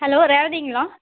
hello ரேவதிங்களா